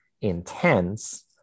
intense